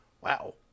Wow